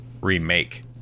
remake